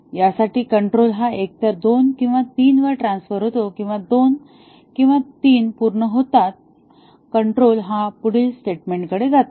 याठिकाणी कंट्रोल हा एकतर 2 किंवा 3 वर ट्रान्सफर होतो आणि 2 किंवा 3 पूर्ण होताच कंट्रोल हा पुढील स्टेटमेंट कडे जातो